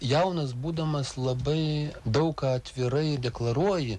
jaunas būdamas labai daug atvirai deklaruoji